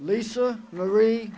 lisa marie